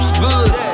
good